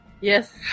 Yes